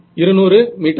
200 மீட்டர்கள்